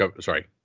Sorry